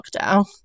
lockdown